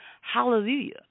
hallelujah